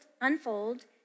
unfold